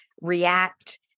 react